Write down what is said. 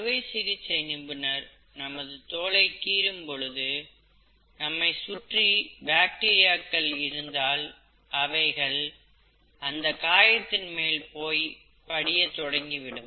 அறுவை சிகிச்சை நிபுணர் நமது தோலை கீறும் பொழுது நம்மை சுற்றி பாக்டீரியாக்கள் இருந்தால் அவைகள் அந்த காயத்தின் மேல் போய் படிய தொடங்கிவிடும்